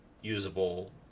usable